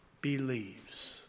believes